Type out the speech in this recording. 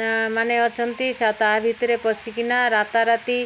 ନା ମାନେ ଅଛନ୍ତି ତା ଭିତରେ ପଶିକିନା ରାତାରାତି